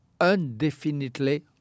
indefinitely